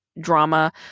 drama